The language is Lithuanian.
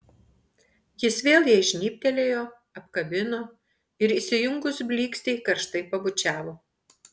jis vėl jai žnybtelėjo apkabino ir įsijungus blykstei karštai pabučiavo